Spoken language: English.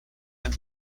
and